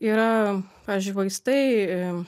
yra pavyzdžiui vaistai